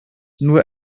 nur